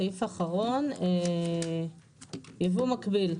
6. יבוא מקביל.